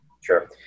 Sure